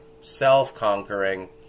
self-conquering